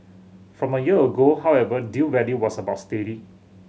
from a year ago however deal value was about steady